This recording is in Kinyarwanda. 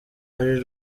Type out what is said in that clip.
ari